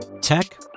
Tech